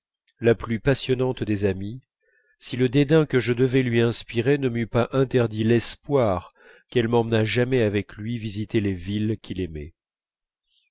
la plus passionnante des amies si le dédain que je devais lui inspirer ne m'eût pas interdit l'espoir qu'elle m'emmenât jamais avec lui visiter les villes qu'il aimait